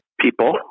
People